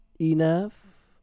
enough